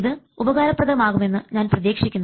ഇത് ഉപകാരപ്രദമാകുമെന്ന് ഞാൻ പ്രതീക്ഷിക്കുന്നു